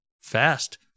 fast